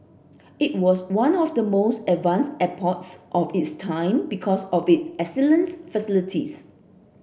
it was one of the most advanced airports of its time because of it excellence facilities